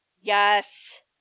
Yes